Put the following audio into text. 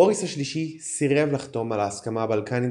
בוריס השלישי סירב לחתום על ההסכמה הבלקנית